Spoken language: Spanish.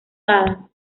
dadas